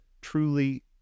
truly